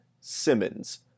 Simmons